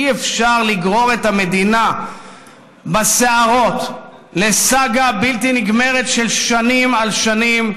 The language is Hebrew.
אי-אפשר לגרור את המדינה בשערות לסאגה בלתי נגמרת של שנים על שנים,